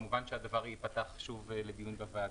כמובן, הדבר ייפתח שוב לדיון בוועדה.